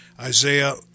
Isaiah